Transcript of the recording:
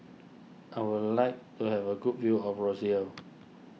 I would like to have a good view of Roseau